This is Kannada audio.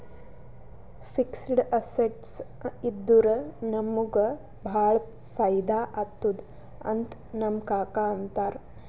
ಫಿಕ್ಸಡ್ ಅಸೆಟ್ಸ್ ಇದ್ದುರ ನಮುಗ ಭಾಳ ಫೈದಾ ಆತ್ತುದ್ ಅಂತ್ ನಮ್ ಕಾಕಾ ಅಂತಾರ್